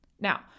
Now